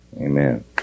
Amen